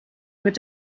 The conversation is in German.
mit